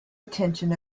attention